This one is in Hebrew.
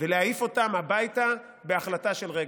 ולהעיף אותם הביתה בהחלטה של רגע.